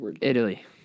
Italy